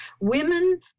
Women